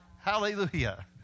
Hallelujah